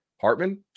Hartman